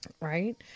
Right